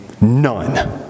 None